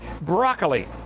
broccoli